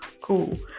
cool